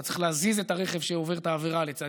אתה צריך להזיז את הרכב שעובר את העבירה לצד